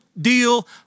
deal